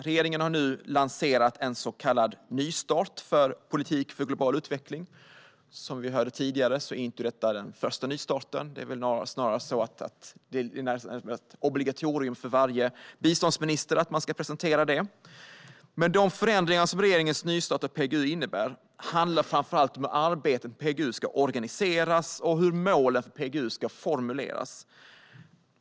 Regeringen har nu lanserat en så kallad nystart för politiken för global utveckling. Som vi hörde tidigare är detta inte den första nystarten. Det är snarast så att det är ett obligatorium för varje biståndsminister att presentera det. Men de förändringar som regeringens nystart av PGU innebär handlar framför allt om hur arbetet med PGU ska organiseras och hur målen för PGU ska formuleras.